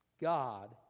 God